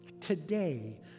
Today